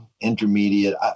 intermediate